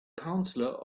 counselor